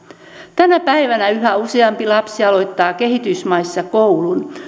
tänä päivänä yhä useampi lapsi aloittaa kehitysmaissa koulun